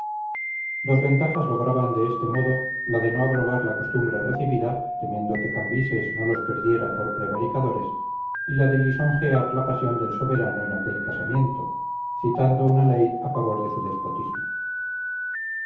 dos ventajas lograban de este modo la de no abrogar la costumbre recibida temiendo que cambises no los perdiera por prevaricadores y la de lisonjear la pasión del soberano en aquel casamiento citando una ley a favor de su despotismo